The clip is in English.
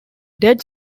dead